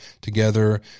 together